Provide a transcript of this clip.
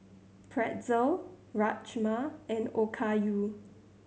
Pretzel Rajma and Okayu